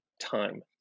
time